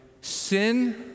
Sin